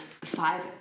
five